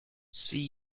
see